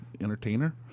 Entertainer